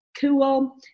Cool